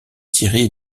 thierry